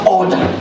order